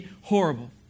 horrible